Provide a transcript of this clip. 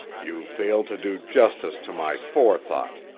you fail to do justice to my fore thought,